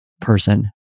person